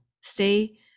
stay